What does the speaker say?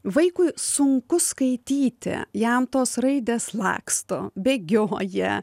vaikui sunku skaityti jam tos raidės laksto bėgioja